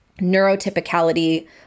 neurotypicality